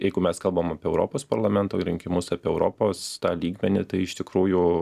jeigu mes kalbam apie europos parlamento rinkimus apie europos tą lygmenį tai iš tikrųjų